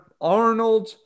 Arnold